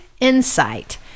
insight